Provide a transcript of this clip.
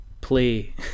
play